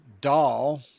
doll